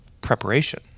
preparation